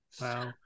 Wow